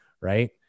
Right